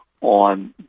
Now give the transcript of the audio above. on